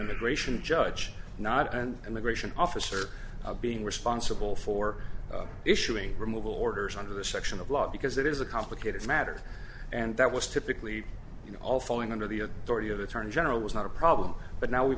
immigration judge not an immigration officer being responsible for issuing removal orders under the section of law because it is a complicated matter and that was typically all falling under the authority of the attorney general was not a problem but now we